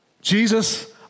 Jesus